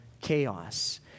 chaos